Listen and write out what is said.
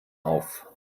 auf